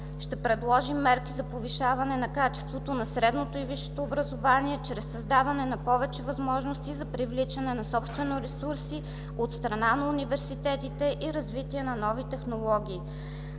Ще предложим мерки за повишаване на качеството на средното и висшето образование чрез създаване на повече възможности за привличане на собствени ресурси от страна на университетите и развитие на нови технологии.